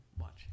watch